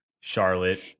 Charlotte